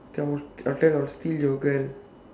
tell I'll tell steal your girl